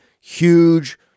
huge